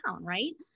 right